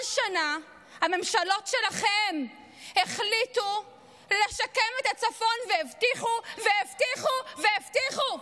כל שנה הממשלות שלכם החליטו לשקם את הצפון והבטיחו והבטיחו והבטיחו,